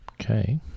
Okay